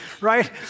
right